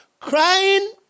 crying